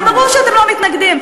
הרי ברור שאתם לא מתנגדים,